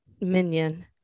minion